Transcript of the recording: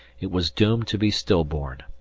it was doomed to be still-born.